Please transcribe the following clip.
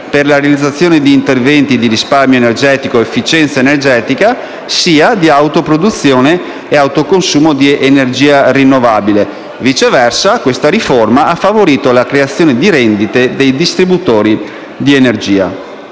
per la realizzazione di interventi sia di risparmio energetico e di efficienza energetica, che di autoproduzione e autoconsumo di energia rinnovabile. Viceversa, questa riforma ha favorito la creazione di rendite dei distributori di energia.